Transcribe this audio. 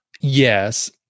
Yes